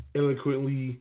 eloquently